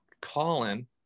Colin